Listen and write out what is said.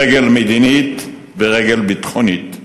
רגל מדינית ורגל ביטחונית.